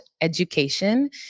education